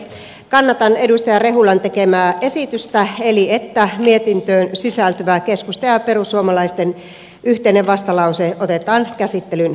kannatan edustaja rehulan tekemää esitystä eli sitä että mietintöön sisältyvä keskustan ja perussuomalaisten yhteinen vastalause otetaan käsittelyn pohjaksi